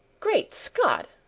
great scott!